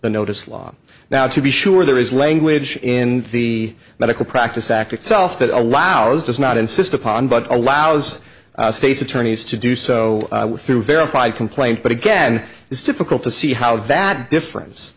notice law now to be sure there is language in the medical practice act itself that allows does not insist upon but allows states attorneys to do so through verified complaint but again it's difficult to see how that